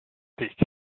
stick